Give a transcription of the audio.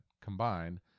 combine